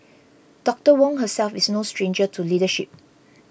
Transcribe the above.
Doctor Wong herself is no stranger to leadership